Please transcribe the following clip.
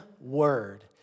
word